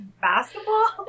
basketball